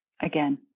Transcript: again